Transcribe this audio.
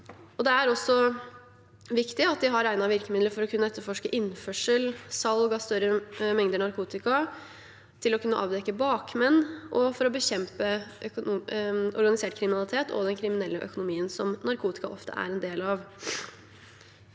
Det er også viktig at vi har egnede virkemidler for å kunne etterforske innførsel og salg av større mengder narkotika og til å kunne avdekke bakmenn, for å bekjempe organisert kriminalitet og den kriminelle økonomien som narkotika ofte er en del av.